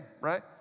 right